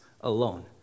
alone